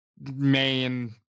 Main